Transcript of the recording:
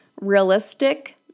realistic